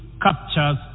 captures